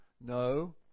No